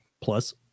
plus